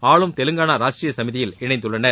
ஆளும் தெலங்கானா ராஷ்ட்ர சமதியில் இணைந்துள்ளனர்